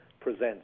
presents